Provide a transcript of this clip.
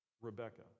Rebecca